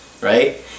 right